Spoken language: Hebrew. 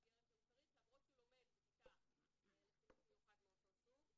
מסגרת שהוא צריך למרות שהוא לומד בכיתה לחינוך מיוחד מאותו סוג.